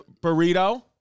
Burrito